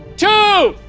two,